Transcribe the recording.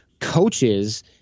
coaches